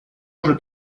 уже